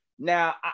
Now